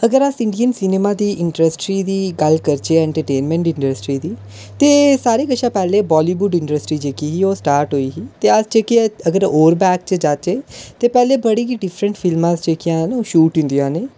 अगर अस Indian cinema industry दी गल्ल करचै एंटरटेनमेंट इंडस्ट्री दी ते सारें कशा पैह्लें वॉलीबुड इंडस्ट्री ही जेह्की ओह् स्टार्ट होई ही ते अस जेकर ओल्ड बैक च जाचै ते पैह्ले बड़ियां गै डिफरैंट फिल्मां हियां ओह् शूट होंदियां हियां